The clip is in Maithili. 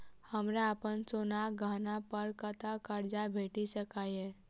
हमरा अप्पन सोनाक गहना पड़ कतऽ करजा भेटि सकैये?